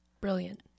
brilliant